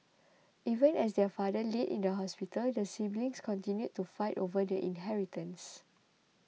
even as their father laid in the hospital the siblings continued to fight over the inheritance